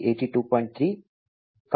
3 complaint ಆಗಿದೆ